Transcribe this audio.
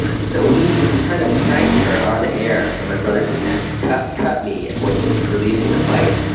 so we we kind of pranked her on air, and my brother pretended to cut cut me when he was releasing the bike.